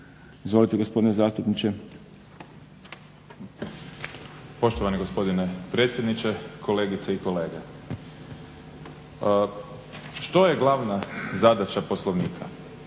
Izvolite gospodine zastupniče. **Grbin, Peđa (SDP)** Poštovani gospodine predsjedniče, kolegice i kolege. Što je glavna zadaća Poslovnika?